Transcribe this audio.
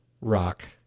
Rock